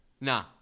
Nah